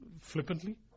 flippantly